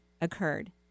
occurred